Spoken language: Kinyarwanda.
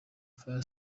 fire